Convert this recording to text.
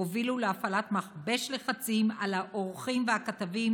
הובילו להפעלת מכבש לחצים על העורכים והכתבים,